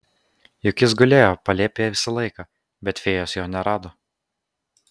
juk jis gulėjo palėpėje visą laiką bet fėjos jo nerado